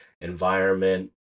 environment